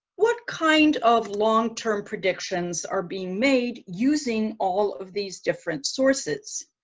what kind of long-term predictions are being made using all of these different sources?